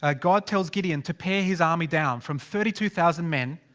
ah god tells gideon to pair his army down. from thirty two thousand men.